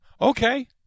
Okay